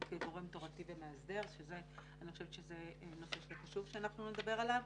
כגורם תורתי ומאסדר שאני חושבת שזה נושא שחשוב שאנחנו נדבר עליו.